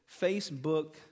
Facebook